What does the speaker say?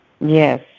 Yes